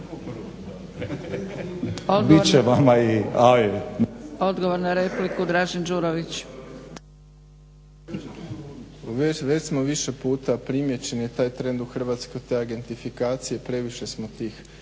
Đurović. **Đurović, Dražen (HDSSB)** Već smo više puta primijećeni taj trend u Hrvatskoj ta agentifikacija, previše smo tih